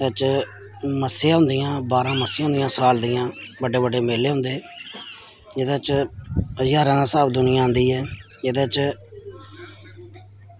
एह्दे च मस्सेआं होंदियां बारां मस्सेआं होंदियां साल दियां बड्डे ब़ड्डे मेले होंदे एह्दे च ज्हारा स्हाब दुनियां आंदी ऐ एह्दे च